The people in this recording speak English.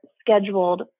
scheduled